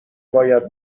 باید